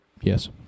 yes